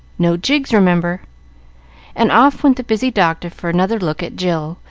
no jigs, remember and off went the busy doctor for another look at jill,